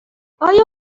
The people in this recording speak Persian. آیا